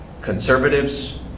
Conservatives